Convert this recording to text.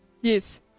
yes